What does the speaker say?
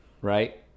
right